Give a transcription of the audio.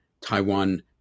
Taiwan